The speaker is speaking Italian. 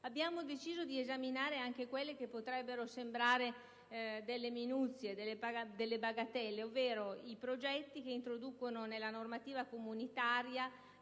Abbiamo deciso di esaminare anche quelle che potrebbero sembrare delle minuzie, delle bagatelle, ovvero i progetti che introducono nella normativa comunitaria